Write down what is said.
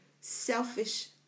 selfish